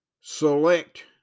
select